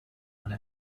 one